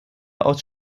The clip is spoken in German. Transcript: aus